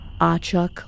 Achak